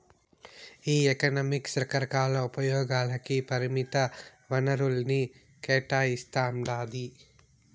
ఈ ఎకనామిక్స్ రకరకాల ఉపయోగాలకి పరిమిత వనరుల్ని కేటాయిస్తాండాది